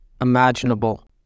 imaginable